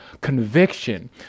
conviction